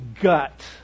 gut